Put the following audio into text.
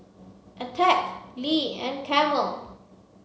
Attack Lee and Camel